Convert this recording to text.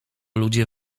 ludzie